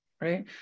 right